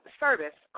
service